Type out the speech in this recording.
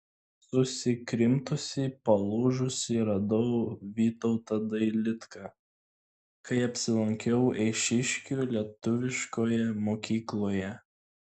susikrimtusį palūžusį radau vytautą dailidką kai apsilankiau eišiškių lietuviškoje mokykloje